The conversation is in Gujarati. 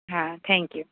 હા થેન્ક યુ